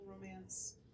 romance